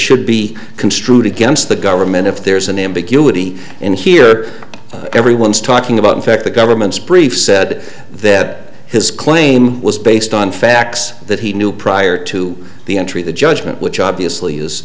should be construed against the government if there's an ambiguity in here everyone's talking about in fact the government's brief said that his claim was based on facts that he knew prior to the entry the judgment which obviously is